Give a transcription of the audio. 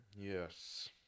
Yes